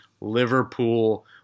Liverpool